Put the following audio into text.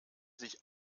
sich